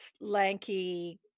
lanky